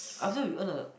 after we earn a